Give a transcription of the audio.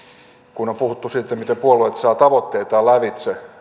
kun on puhuttu siitä miten puolueet saavat tavoitteitaan lävitse